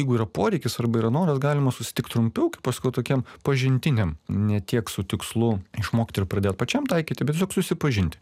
jeigu yra poreikis arba yra noras galima susitikt trumpiau paskui tokiem pažintiniam ne tiek su tikslu išmokt ir pradėt pačiam taikyti bet tiesiog susipažinti